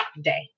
day